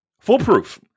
foolproof